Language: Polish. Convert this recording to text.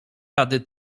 rady